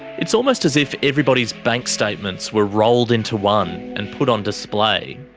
it's almost as if everybody's bank statements were rolled into one and put on display.